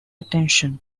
attention